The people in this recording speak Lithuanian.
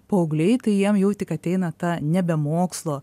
paaugliai tai jiem jau tik ateina ta nebe mokslo